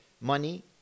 Money